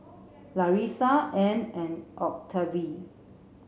Larissa Ann and Octavie